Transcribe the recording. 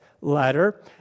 letter